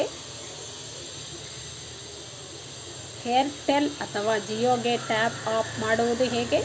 Airtel ಅಥವಾ ಜಿಯೊ ಗೆ top up ಮಾಡುವುದು ಹೇಗೆ?